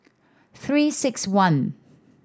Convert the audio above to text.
Three Six One